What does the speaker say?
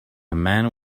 man